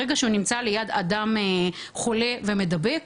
ברגע שהוא נמצא ליד אדם חולה ומדבק,